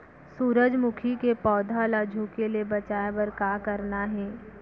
सूरजमुखी के पौधा ला झुके ले बचाए बर का करना हे?